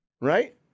right